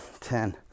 ten